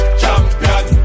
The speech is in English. champion